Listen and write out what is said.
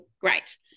Great